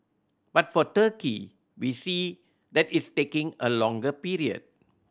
but for Turkey we see that it's taking a longer period